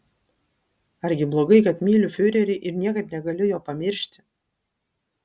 argi blogai kad myliu fiurerį ir niekaip negaliu jo pamiršti